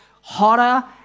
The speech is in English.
hotter